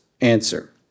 answer